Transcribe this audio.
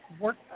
work